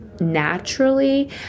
naturally